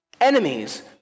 enemies